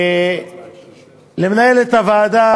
למנהלת הוועדה,